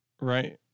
Right